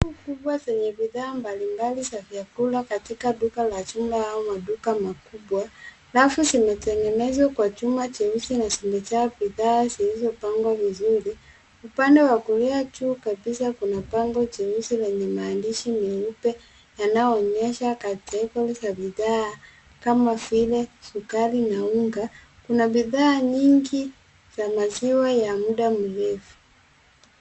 Rafu kubwa zenye bidhaa mbalimbali za vyakula katika duka la chuma au maduka makubwa .Rafu zimetengenezwa kwa chuma cheusi na zimejaa bidhaa zilizopangwa vizuri .Upande wa kulia juu kabisa kuna bango jeusi lenye maandishi meupe yanayoonyesha categories za bidha kama vile sukari na unga .Kuna bidhaa nyingi za maziwa ya muda mrefu.